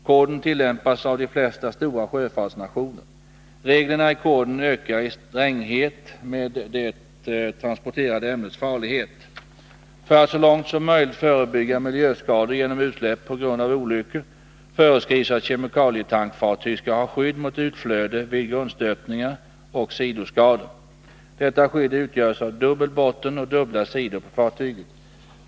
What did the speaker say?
Koden tillämpas av de flesta stora sjöfartsnationer. Reglerna i koden ökar i stränghet med det transporterade ämnets farlighet. För att så långt som möjligt förebygga miljöskador genom utsläpp på grund av olyckor föreskrivs att kemikalietankfartyg skall ha skydd mot utflöde vid grundstötningar och sidoskador. Detta skydd utgörs av dubbel botten och dubbla sidor på fartyget.